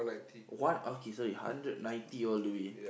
one okay so is hundred ninety all the way